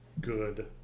good